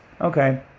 Okay